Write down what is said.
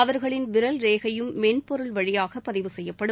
அவர்களின் விரல் ரேகையும் மென்பொருள் வழியாக பதிவு செய்யப்படும்